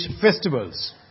festivals